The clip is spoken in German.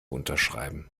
unterschreiben